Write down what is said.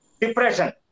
Depression